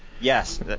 Yes